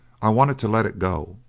i wanted to let it go,